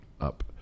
up